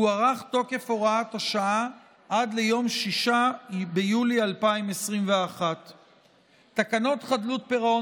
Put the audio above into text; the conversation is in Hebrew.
הוארך תוקף הוראת השעה עד ליום 6 ביולי 2021. תקנות חדלות פירעון